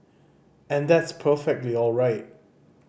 and that's perfectly all right